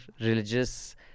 religious